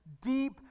deep